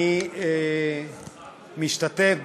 אני משתתף,